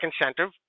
incentive